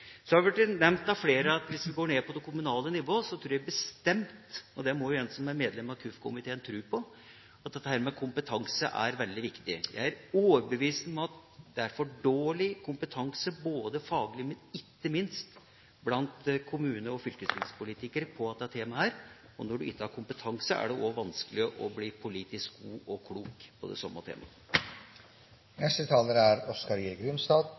det kommunale nivå, tror jeg bestemt – og det må jo en som er medlem av KUF-komiteen tro på – at kompetanse er veldig viktig. Jeg er overbevist om at det er for dårlig kompetanse faglig, men ikke minst blant kommune- og fylkestingspolitikere på dette temaet. Og når du ikke har kompetanse, er det også vanskelig å bli politisk god og klok på det samme temaet. Naturmangfoldloven fekk brei tilslutning då han blei vedteken her i Stortinget. Som interpellanten peika på i innleiinga si, er